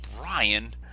Brian